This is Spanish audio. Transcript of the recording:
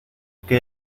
que